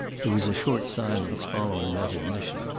there was a short silence following that admission.